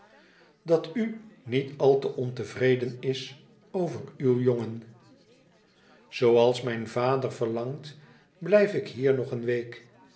dat u niet al te ontevreden is over uw jongen zooals mijn vader verlangt blijf ik hier nog een week